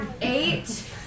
eight